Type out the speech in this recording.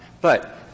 but-